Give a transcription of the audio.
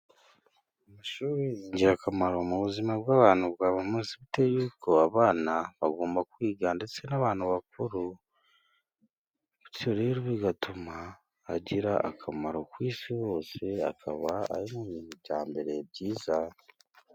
Amashuri ni ingirakamaro mu buzima bw'abantu bwa buri munsi, bitewe y'uko abana bagomba kwiga ndetse n'abantu bakuru, bityo rero bigatuma agira akamaro ku isi hose akaba ari mu bintu byambere byiza.